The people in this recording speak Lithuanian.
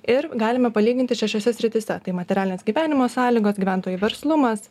ir galime palyginti šešiose srityse tai materialinės gyvenimo sąlygos gyventojų verslumas